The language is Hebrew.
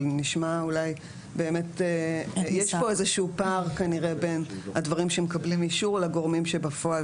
יש פה איזשהו פער כנראה בין הדברים שמקבלים אישור לגורמים שבפועל